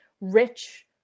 rich